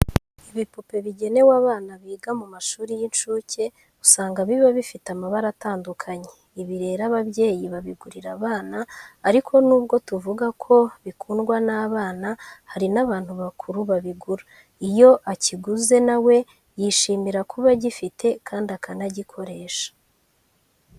Ibipupe bigenewe abana biga mu mashuri y'incuke, usanga biba bifite amabara atandukanye. Ibi rero ababyeyi babigurira abana ariko nubwo tuvuga ko bikundwa n'abana, hari n'abantu bakuru babigura. Iyo akiguze na we yishimira buba agifite kandi akanagikoresha.